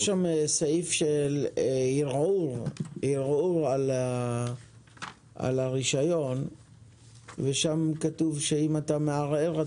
יש שם סעיף של ערעור על הרישיון ושם כתוב שאם אתה מערער,